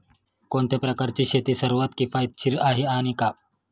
कोणत्या प्रकारची शेती सर्वात किफायतशीर आहे आणि का?